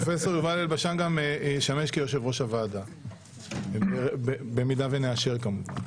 פרופסור יובל אלבשן עתיד לשמש כיושב-ראש הוועדה במידה ונאשר את המינוי.